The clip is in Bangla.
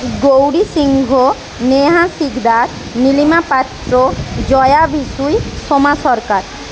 গৌরী সিংহ নেহা সিকদার নীলিমা পাত্র জয়া বিসুই সোমা সরকার